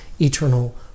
eternal